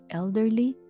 elderly